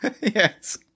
Yes